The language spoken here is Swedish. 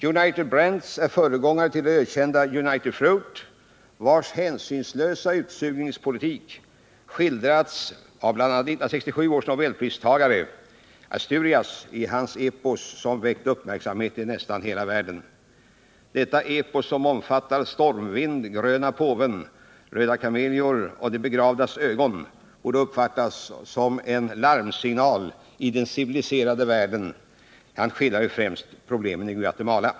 United Brands är föregångare till det ökända United Fruit, vars hänsynslösa utsugningspolitik skildrats av bl.a. 1967 års nobelpristagare Miguel Angel Asturias i hans epos som omfattar Stormvind, Gröna påven, Röda kamelior och De begravdas ögon och som borde uppfattats som en larmsignal av den civiliserade världen. Asturias har främst skildrat problemen i Guatemala.